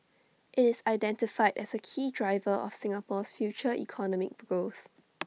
IT is identified as A key driver of Singapore's future economic growth